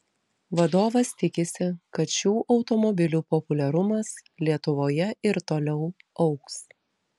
vadovas tikisi kad šių automobilių populiarumas lietuvoje ir toliau augs